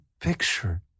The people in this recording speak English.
picture